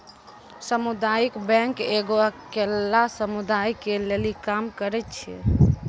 समुदायिक बैंक एगो अकेल्ला समुदाय के लेली काम करै छै